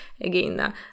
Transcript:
again